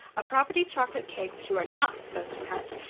a property chocolate cake which you are not supposed to cut,